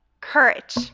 Courage